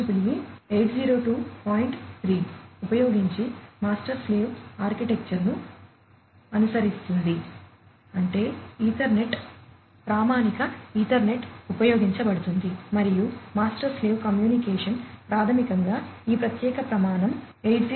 3 ఉపయోగించి master slave ఆర్కిటెక్చర్ను అనుసరిస్తుంది అంటే ఈథర్నెట్ ప్రామాణిక ఈథర్నెట్ ఉపయోగించబడుతుంది మరియు మాస్టర్ స్లేవ్ కమ్యూనికేషన్ ప్రాథమికంగా ఈ ప్రత్యేక ప్రమాణం 802